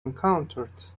encountered